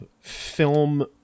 film